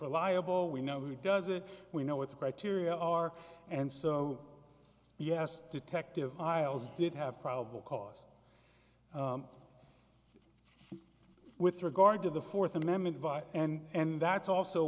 reliable we know who does it we know what the criteria are and so yes detective iles did have probable cause with regard to the fourth amendment vice and that's also